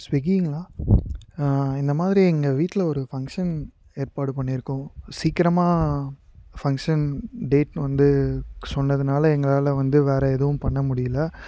ஸ்விங்கிங்களா இந்த மாதிரி எங்கள் வீட்டில் ஒரு ஃபங்ஷன் ஏற்பாடு பண்ணியிருக்கோம் சீக்கிரமாக ஃபங்ஷன் டேட் வந்து சொன்னதினால எங்களால் வந்து வேற எதுவும் பண்ண முடியல